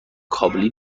کابلی